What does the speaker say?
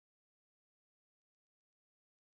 oh mine is a sheep too